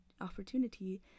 opportunity